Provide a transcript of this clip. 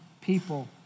people